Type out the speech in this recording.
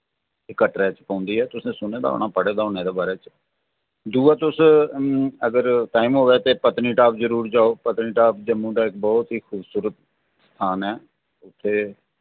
एह् कटड़ा च पौंदी ऐ तुसें सुने दा होना पढ़े दा होना एह्दे बारे च दूआ तुस अगर टाइम होऐ ते पत्नीटाप जरूर जाओ पटनीटाप इक जम्मू दा ब्हौत ही खूबसूरत स्थान ऐ उत्थै